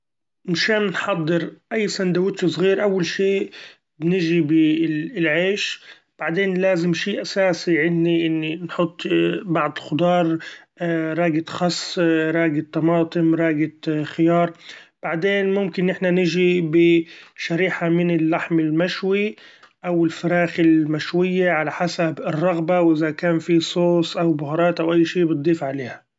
مشإن حضر أي سإندوتش صغير; أول شي نچي بالعيش بعدين لازم شي اساسي عندي إن نحط بعض خضار ،‹ hesitate › راقة خس ‹ hesitate › راقة طماطم راقة خيار ، بعدين ممكن إن احنا نچي بشريحة من اللحم المشوي أو الفراخ المشوية على حسب الرغبة وإذا كان في صوص أو بهارات أو أي شي بتضيف عليها.